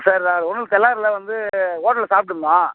sir உணவு தெள்ளாரில் வந்து ஹோட்டலில் சாப்ட்டுருந்தோம்